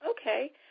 Okay